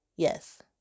Yes